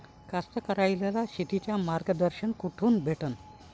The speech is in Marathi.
कास्तकाराइले शेतीचं मार्गदर्शन कुठून भेटन?